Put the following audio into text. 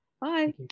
Bye